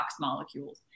molecules